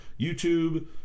YouTube